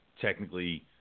technically